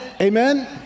Amen